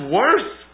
worse